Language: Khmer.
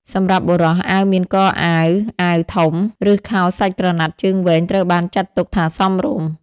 សម្រាប់បុរស អាវមានកអាវ អាវធំ និងខោសាច់ក្រណាត់ជើងវែង ត្រូវបានចាត់ទុកថាសមរម្យ។